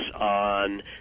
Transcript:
on